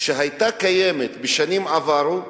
שהיתה קיימת בשנים עברו.